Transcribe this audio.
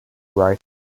right